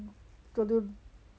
do to